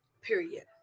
period